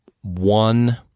one